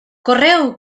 correu